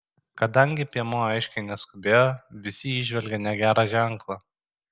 kadangi piemuo aiškiai neskubėjo visi įžvelgė negerą ženklą